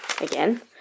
again